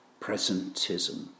presentism